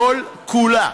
כל-כולה.